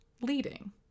leading